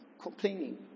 complaining